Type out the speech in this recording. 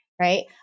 right